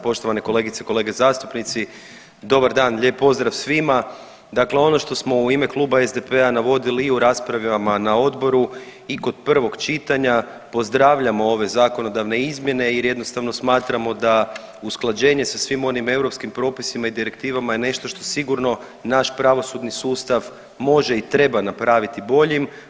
poštovane kolegice i kolege zastupnici, dobar dan, lijep pozdrav svima, dakle ono što smo u ime Kluba SDP-a navodili i u raspravama na odboru i kod prvog čitanja, pozdravljamo ove zakonodavne izmjene jer jednostavno smatramo da usklađenje sa svim onim europskim propisima i direktivama je nešto što sigurno naš pravosudni sustav može i treba napraviti boljim.